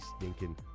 stinking